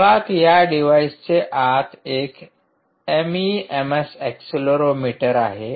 मुळात या डिव्हाइसचे आत एक एमईएमएस ऍक्सीलेरोमीटर आहे